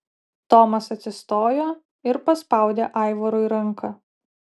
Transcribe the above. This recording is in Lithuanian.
tomas atsistojo ir paspaudė aivarui ranką